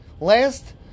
Last